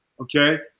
Okay